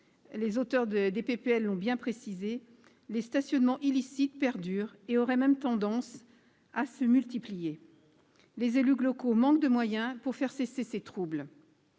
cela vient d'être précisé, les stationnements illicites perdurent, et auraient même tendance à se multiplier. Les élus locaux manquent de moyens pour faire cesser ces troubles.